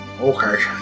Okay